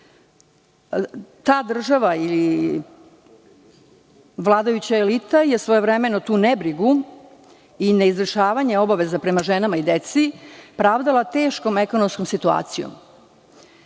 Ta država ili vladajuća elita je svojevremeno tu nebrigu i neizvršavanje obaveza prema ženama i deci pravdala teškom ekonomskom situacijom,